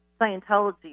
Scientology